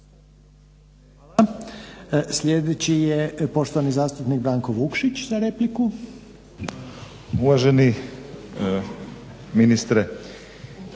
Hvala. Sljedeći je poštovani zastupnik Branko Vukšić za repliku. **Vukšić,